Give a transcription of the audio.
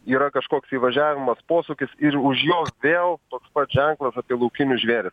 yra kažkoks įvažiavimas posūkis ir už jo vėl toks pat ženklas apie laukinius žvėri